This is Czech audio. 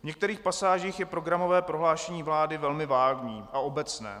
V některých pasážích je programové prohlášení vlády velmi vágní a obecné.